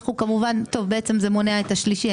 אבל זה כבר מונע את השלישי,